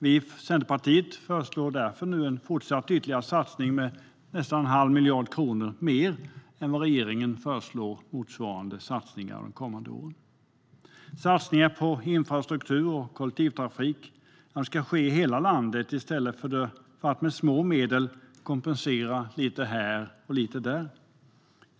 Vi i Centerpartiet föreslår därför en ytterligare satsning på nästan en halv miljard kronor mer än motsvarande satsning i regeringens förslag för de kommande åren. Satsningar på infrastruktur och kollektivtrafik ska ske i hela landet i stället för att med små medel kompensera lite här och lite där.